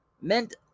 meant